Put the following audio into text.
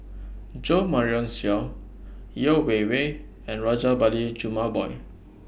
Jo Marion Seow Yeo Wei Wei and Rajabali Jumabhoy